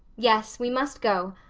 yes, we must go.